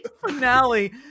finale